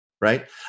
right